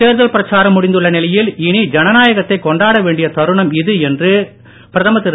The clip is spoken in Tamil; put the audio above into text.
தேர்தல் பிரச்சாரம் முடிந்துள்ள நிலையில் இனி ஜனநாயகத்தை கொண்டாட வேண்டிய தருணம் இது என்று பிரதமர் திரு